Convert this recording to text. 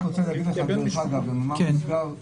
במאמר מוסגר,